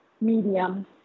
medium